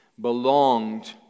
belonged